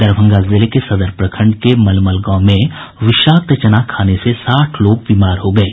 दरभंगा जिले के सदर प्रखंड के मलमल गांव में विषाक्त चना खाने से साठ लोग बीमार हो गये